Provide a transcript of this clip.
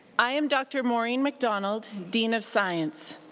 i am dr. maureen macdonald, dean of science.